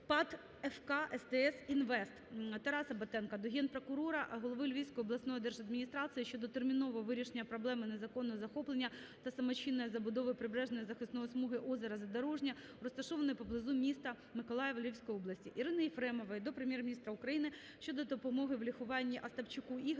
ПАТ 'ФК СТС - Інвест''. Тараса Батенка до Генпрокурора, голови Львівської обласної держадміністрації щодо термінового вирішення проблеми незаконного захоплення та самочинної забудови прибережної захисної смуги озера "Задорожнє", розташованого поблизу міста Миколаїв Львівської області. Ірини Єфремової до Прем'єр-міністра України щодо допомоги у лікуванні Остапчуку Ігорю